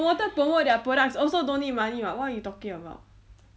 the promoter promote their products also don't need money [what] what you talking about